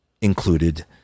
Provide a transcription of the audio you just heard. included